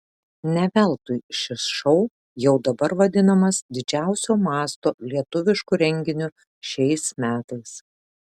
ne veltui šis šou jau dabar vadinamas didžiausio masto lietuvišku renginiu šiais metais